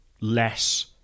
less